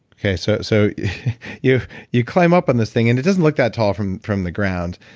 okay? so so you you climb up on this thing and it doesn't look that tall from from the ground,